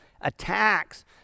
attacks